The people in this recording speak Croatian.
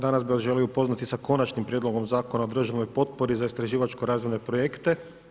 Danas bih vas želio upoznati sa Konačnim prijedlogom Zakona o državnoj potpori za istraživačko razvojne projekte.